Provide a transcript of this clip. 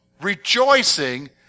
rejoicing